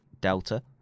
Delta